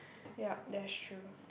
yup they're sure